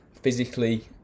physically